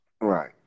Right